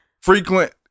Frequent